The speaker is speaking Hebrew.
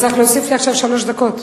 אתה צריך להוסיף לי עכשיו שלוש דקות.